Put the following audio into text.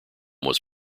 was